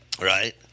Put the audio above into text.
Right